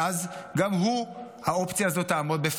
ואז גם בפניו האופציה הזו תעמוד.